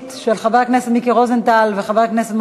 ההצעה עברה בקריאה ראשונה ותועבר לדיון בוועדת החוקה,